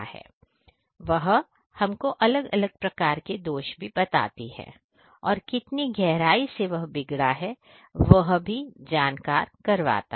वह हमको अलग अलग प्रकार के दोष भी बताती है और कितनी गहराई से वह बिगड़ा है वह भी जानकार करवाता है